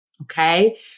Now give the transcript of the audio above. Okay